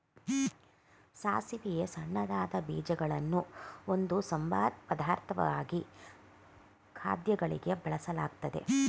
ಸಾಸಿವೆಯ ಸಣ್ಣದಾದ ಬೀಜಗಳನ್ನು ಒಂದು ಸಂಬಾರ ಪದಾರ್ಥವಾಗಿ ಖಾದ್ಯಗಳಿಗೆ ಬಳಸಲಾಗ್ತದೆ